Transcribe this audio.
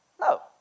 No